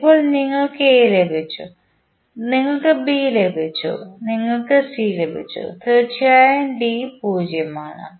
ഇപ്പോൾ നിങ്ങൾക്ക് എ ലഭിച്ചു നിങ്ങൾക്ക് ബി ലഭിച്ചു നിങ്ങൾക്ക് സി ലഭിച്ചു തീർച്ചയായും D 0 ആണ്